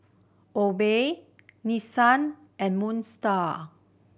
Obey Nissin and Moon Star